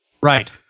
Right